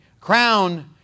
Crown